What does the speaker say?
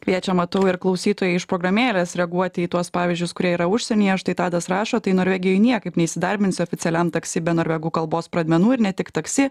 kviečia matau ir klausytojai iš programėlės reaguoti į tuos pavyzdžius kurie yra užsienyje štai tadas rašo tai norvegijoje niekaip neįsidarbins oficialiam taksi be norvegų kalbos pradmenų ir ne tik taksi